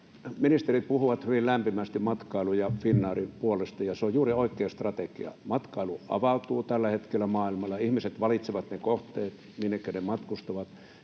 ministerit puhuvat hyvin lämpimästi matkailun ja Finnairin puolesta, ja se on juuri oikea strategia. Matkailu avautuu tällä hetkellä maailmalla. Ihmiset valitsevat ne kohteet, minnekä he matkustavat,